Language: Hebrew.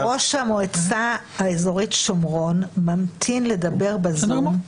ראש המועצה האזורית שומרון ממתין לדבר בזום,